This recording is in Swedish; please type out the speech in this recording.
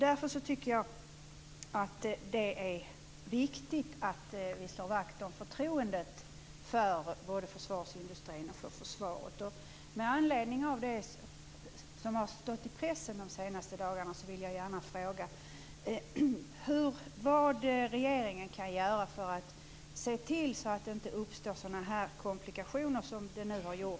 Därför tycker jag att det är viktigt att vi slår vakt om förtroendet för både försvarsindustrin och försvaret. Med anledning av det som har stått i pressen de senaste dagarna vill jag gärna fråga vad regeringen kan göra för att se till att det inte uppstår sådana komplikationer som nu har uppstått.